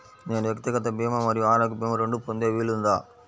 నేను వ్యక్తిగత భీమా మరియు ఆరోగ్య భీమా రెండు పొందే వీలుందా?